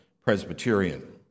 Presbyterian